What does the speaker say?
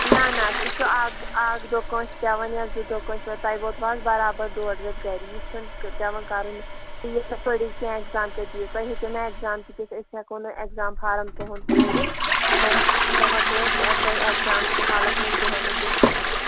نہَ نہَ سُہ چھُ اکھ اکھ دۄہ کٲنٛسہِ پٮ۪وان یا زٕ دۄہ کٲنٛسہِ پٮ۪وان تۄہہِ ووتوٕ اَز برابر ڈۅڈ رٮ۪تھ گرِی یہِ چھُنہٕ پٮ۪وان کَرُن تُہۍ یِتھٕ پٲٹھی کیٚنٛہہ ایٚکزام کَتہِ دِیِو تُہۍ ہیٚکِو نہٕ اٮ۪کزام تہِ دِتھ أسۍ ہٮ۪کو نہٕ ایٚگزام فارَم تُہُنٛد بٔرِتھ نہَ نہَ ہٮ۪کو أسۍ تۄہہِ ایٚگزام حالَس منٛز بیٚہنہٕ دِتھ کِہیٖنٛۍ